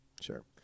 sure